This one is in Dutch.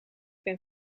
ben